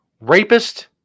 Rapist